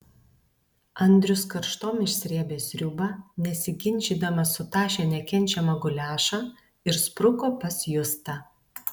andrius karštom išsrėbė sriubą nesiginčydamas sutašė nekenčiamą guliašą ir spruko pas justą